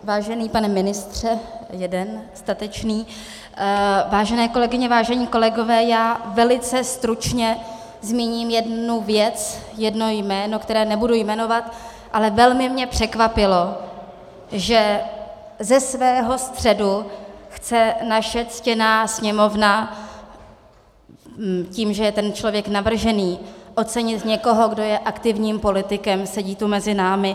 Vážený pane ministře jeden statečný, vážené kolegyně, vážení kolegové, já velice stručně zmíním jednu věc, jedno jméno, které nebudu jmenovat, ale velmi mě překvapilo, že ze svého středu chce naše ctěná Sněmovna tím, že je ten člověk navržený, ocenit někoho, kdo je aktivním politikem, sedí tu mezi námi.